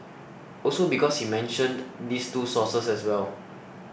also because he mentioned these two sources as well